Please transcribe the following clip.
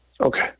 Okay